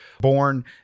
born